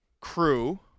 crew